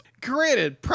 granted